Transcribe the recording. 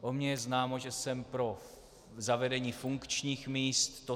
O mně je známo, že jsem pro zavedení funkčních míst.